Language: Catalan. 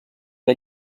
que